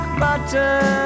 butter